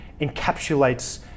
encapsulates